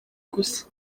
gusa